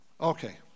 Okay